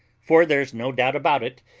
for there's no doubt about it,